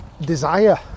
Desire